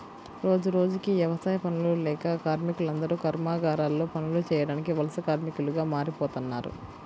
రోజురోజుకీ యవసాయ పనులు లేక కార్మికులందరూ కర్మాగారాల్లో పనులు చేయడానికి వలస కార్మికులుగా మారిపోతన్నారు